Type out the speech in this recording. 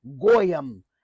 goyim